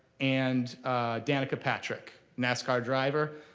and danica patrick, nascar driver.